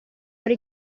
ora